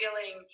feeling